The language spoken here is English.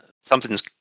something's